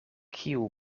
kiu